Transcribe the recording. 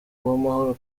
uwamahoro